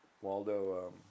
Waldo